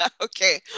Okay